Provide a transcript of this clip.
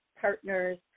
partners